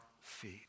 feet